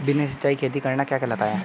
बिना सिंचाई खेती करना क्या कहलाता है?